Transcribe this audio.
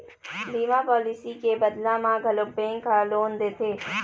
बीमा पॉलिसी के बदला म घलोक बेंक ह लोन देथे